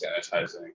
sanitizing